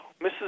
Mrs